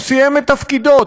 הוא סיים את תפקידו,